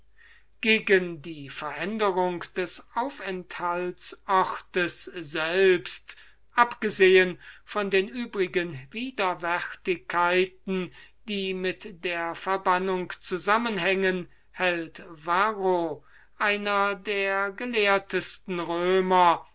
gegen die veränderung des aufenthaltsortes selbst abgesehen von den übrigen widerwärtigkeiten die mit der verbannung zusammenhängen hält varro einer der gelehrtesten römer